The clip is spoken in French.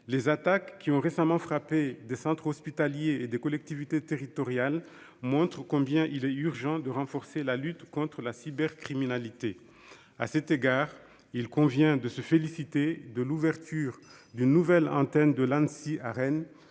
Les attaques qui ont récemment frappé des centres hospitaliers et des collectivités territoriales montrent combien il est urgent de renforcer la lutte contre la cybercriminalité. À cet égard, il convient de se féliciter de l'ouverture à Rennes d'une nouvelle antenne de l'Anssi,